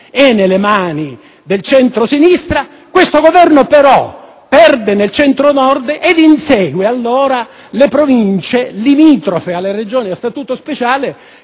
è nelle mani del centro‑sinistra; però, perde nel Centro-Nord e insegue allora le Province limitrofe alle Regioni a Statuto speciale,